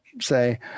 say